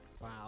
Wow